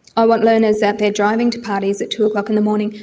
i want learners out there driving to parties at two o'clock in the morning.